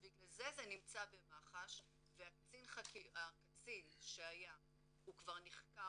בגלל זה זה נמצא במח"ש והקצין שהיה הוא כבר נחקר,